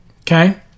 okay